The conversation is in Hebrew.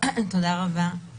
תודה רבה.